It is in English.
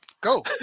go